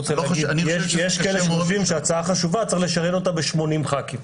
יש כאלה שחושבים שהצעה חשובה צריך לשריין ב-80 ח"כים.